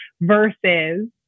versus